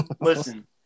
listen